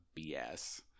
BS